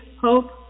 hope